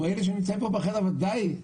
אנחנו לנושא הזה